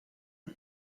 eus